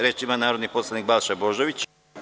Reč ima narodni poslanik Balša Božović.